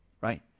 right